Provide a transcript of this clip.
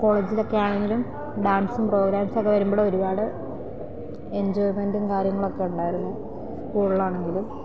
കോളേജിലൊക്കെ ആണെങ്കിലും ഡാൻസും പ്രോഗ്രാംസൊക്കെ വരുമ്പോൾ ഒരുപാട് എഞ്ചോയ്മെൻ്റും കാര്യങ്ങളൊക്കെ ഉണ്ടായിരുന്നു സ്കൂളിലാണെങ്കിലും